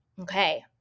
okay